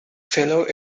fellow